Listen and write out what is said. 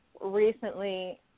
recently